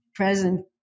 Present